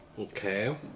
Okay